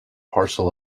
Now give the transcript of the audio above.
parcel